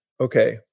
okay